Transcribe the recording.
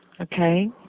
Okay